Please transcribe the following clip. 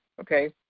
okay